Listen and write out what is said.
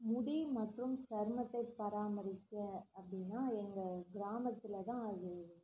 முடி மற்றும் சருமத்தை பராமரிக்க அப்படின்னா எங்கள் கிராமத்தில் தான் அது